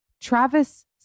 Travis